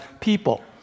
people